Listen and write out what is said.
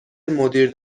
مدیر